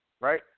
right